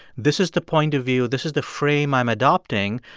this is the point of view this is the frame i'm adopting.